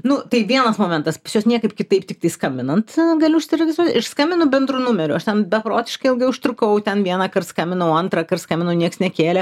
nu tai vienas momentas pas juos niekaip kitaip tiktai skambinant gali užsiregistruoti ir skambinu bendru numeriu aš ten beprotiškai ilgai užtrukau ten vienąkart skambinau antrąkart skambinau nieks nekėlė